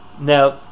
now